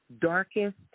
darkest